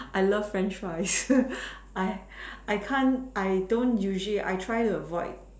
I love French fries I I can't I don't usually I try to avoid